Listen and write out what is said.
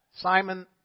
Simon